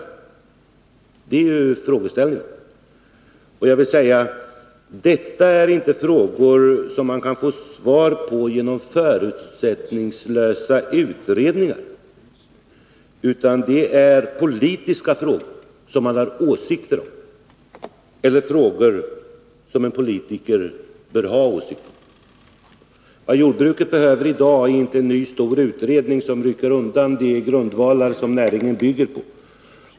Det är frågeställningen. Detta är inte frågor som man kan få svar på i förutsättningslösa utredningar. Det är politiska frågor, som man har åsikter om, eller rättare: det är frågor som en politiker bör ha åsikter om. Vad jordbruket i dag behöver är inte en ny stor utredning som rycker undan de grundvalar som näringen bygger på.